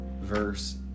verse